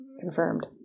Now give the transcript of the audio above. confirmed